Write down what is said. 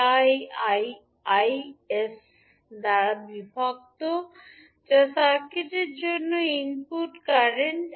যা এই 𝐼𝑖 𝑠 দ্বারা বিভক্ত যা সার্কিটের জন্য ইনপুট কারেন্ট